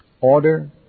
order